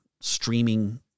streaming